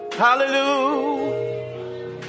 Hallelujah